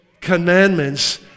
commandments